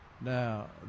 Now